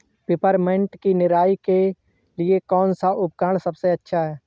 Peppermint की निराई के लिए कौन सा उपकरण सबसे अच्छा है?